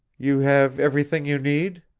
you have everything you need?